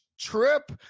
trip